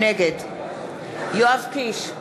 נגד יואב קיש,